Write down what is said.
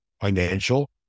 financial